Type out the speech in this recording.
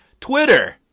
Twitter